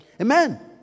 Amen